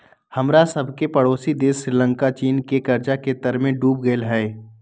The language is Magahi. हमरा सभके पड़ोसी देश श्रीलंका चीन के कर्जा के तरमें डूब गेल हइ